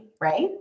right